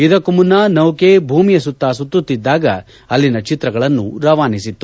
ಇದಕ್ಕೂ ಮುನ್ನ ನೌಕೆ ಭೂಮಿಯ ಸುತ್ತ ಸುತ್ತುತ್ತಿದ್ದಾಗ ಅಲ್ಲಿನ ಚಿತ್ರಗಳನ್ನು ರವಾನಿಸಿತ್ತು